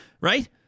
right